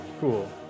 Cool